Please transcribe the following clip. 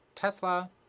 Tesla